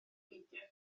beidio